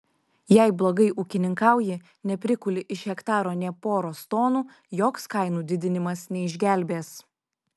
jei blogai ūkininkauji neprikuli iš hektaro nė poros tonų joks kainų didinimas neišgelbės